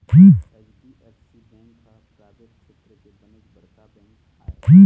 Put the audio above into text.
HDFC bank ह private छेत्र के बनेच बड़का बेंक आय